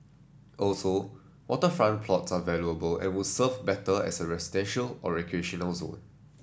also waterfront plots are valuable and would serve better as a residential or recreational zone